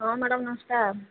ହଁ ମ୍ୟାଡ଼ମ୍ ନମସ୍କାର